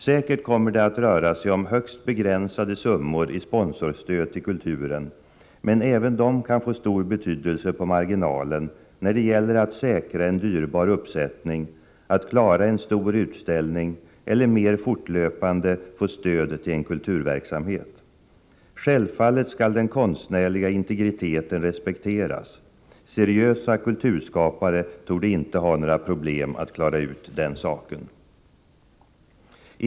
Säkert kommer det att röra sig om högst begränsade summor i sponsorstöd till kulturen, men även de kan få stor betydelse på marginalen när det gäller att säkra en dyrbar uppsättning, att klara en stor utställning eller att mer fortlöpande få stöd till en kulturverksamhet. Självfallet skall den konstnärliga integriteten respekteras. Seriösa kulturskapare torde inte ha några problem att klara ut den saken.